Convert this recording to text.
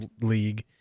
league